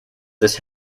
this